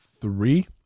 three